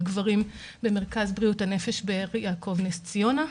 גברים במרכז בריאות הנפש באר יעקב-נס ציונה.